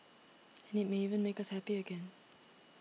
and it may even make us happy again